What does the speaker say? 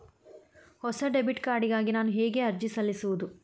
ಹೊಸ debit card ಗಾಗಿ ನಾನು ಹೇಗೆ ಅರ್ಜಿ ಸಲ್ಲಿಸುವುದು?